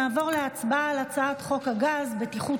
נעבור להצבעה על הצעת חוק הגז (בטיחות